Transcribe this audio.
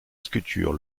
sculpture